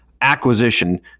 acquisition